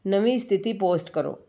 ਨਵੀਂ ਸਥਿਤੀ ਪੋਸਟ ਕਰੋ